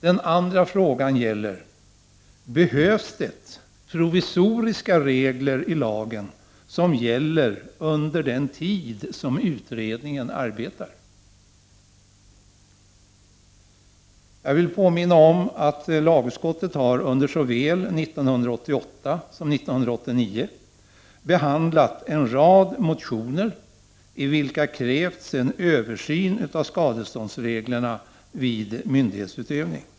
Den andra frågan gäller: Be hövs det provisoriska regler i lagen som gäller under den tid som utredningen arbetar? Jag vill påminna om att lagutskottet har under såväl 1988 som 1989 behandlat en rad motioner i vilka krävts en översyn av skadeståndsreglerna vid myndighetsutövning.